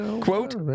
quote